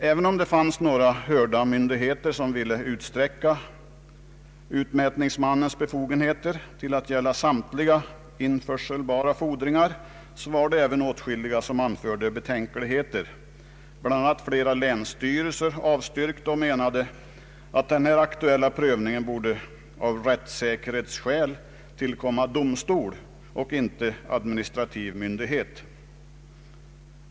Även om det fanns några hörda myndigheter som ville utsträcka utmätningsmannens befogenheter till att gälla samtliga införselbara fordringar så var det även åtskilliga som anförde betänkligheter; bl.a. flera länsstyrelser avstyrkte och menade att den här aktuella prövningen av rättssäkerhetsskäl borde tillkomma domstol och inte administrativ myndighet.